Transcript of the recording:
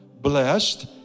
Blessed